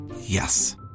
Yes